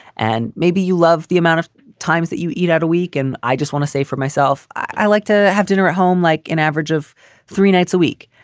and maybe you love the amount of times that you eat out a week. and i just want to say for myself. i like to have dinner at home like an average of three nights a week.